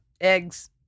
eggs